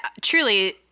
truly